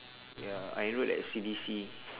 ya I enrolled at C_D_C